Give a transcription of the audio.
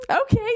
Okay